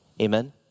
Amen